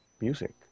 music